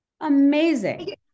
Amazing